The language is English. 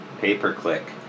pay-per-click